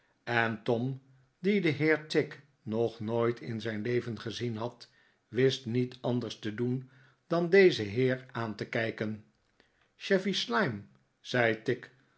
en tom die den heer tigg nog nooit in zijn leven gezien had wist niet anders te doen dan dezen heer aan te kijken chevy slyme zei tigg